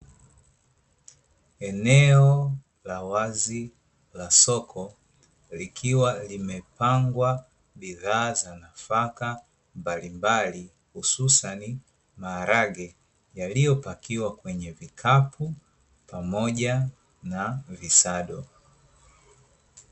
Eneo la wazi la soko, likiwa limepangwa bidhaa za nafaka mbalimbali hususani maharage, yaliyopakiwa kwenye vikapu pamoja na visado .